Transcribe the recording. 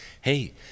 hey